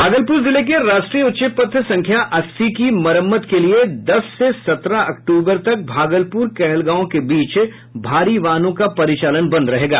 भागलपुर जिले के राष्ट्रीय उच्च पथ संख्या अस्सी की मरम्मत के लिए दस से सत्रह अक्टूबर तक भागलपुर कहलगांव के बीच भारी वाहनों का परिचालन बंद रहेगा